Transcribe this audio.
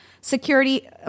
security